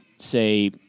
Say